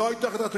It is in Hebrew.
לא היתה החלטה,